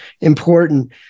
important